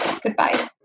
Goodbye